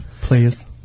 Please